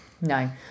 No